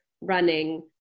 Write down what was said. running